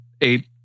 eight